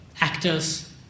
actors